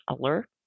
alert